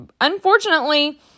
unfortunately